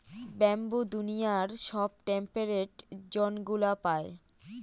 bamboo দুনিয়ার সব temperate জোনগুলা পায়